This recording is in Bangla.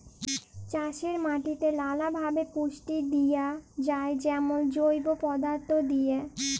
চাষের মাটিতে লালাভাবে পুষ্টি দিঁয়া যায় যেমল জৈব পদাথ্থ দিঁয়ে